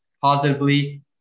positively